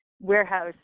warehouse